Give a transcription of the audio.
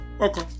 Okay